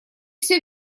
всё